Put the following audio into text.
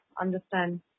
understand